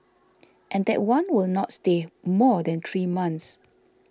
and that one will not stay more than three months